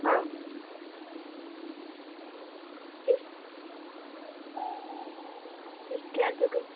ହଁ history and geography